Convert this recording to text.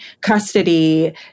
custody